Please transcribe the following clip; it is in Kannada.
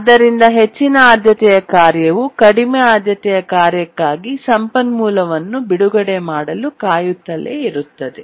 ಆದ್ದರಿಂದ ಹೆಚ್ಚಿನ ಆದ್ಯತೆಯ ಕಾರ್ಯವು ಕಡಿಮೆ ಆದ್ಯತೆಯ ಕಾರ್ಯಕ್ಕಾಗಿ ಸಂಪನ್ಮೂಲವನ್ನು ಬಿಡುಗಡೆ ಮಾಡಲು ಕಾಯುತ್ತಲೇ ಇರುತ್ತದೆ